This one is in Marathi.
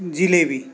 जिलेबी